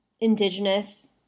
indigenous